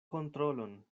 kontrolon